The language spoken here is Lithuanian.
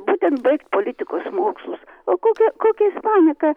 būtent baigt politikos mokslus o kokią kokią jis paniką